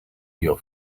your